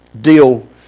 deal